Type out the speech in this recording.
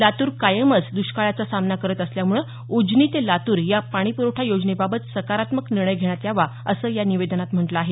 लातूर कायमच दुष्काळाचा सामना करत असल्यामुळे उजनी ते लातूर या पाणीपुरवठा योजनेबाबत सकारात्मक निर्णय घेण्यात यावा असं या निवेदनात म्हटलं आहे